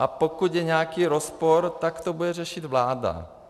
A pokud je nějaký rozpor, tak to bude řešit vláda.